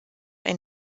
ein